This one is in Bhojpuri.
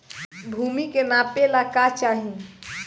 भूमि के नापेला का चाही?